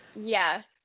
Yes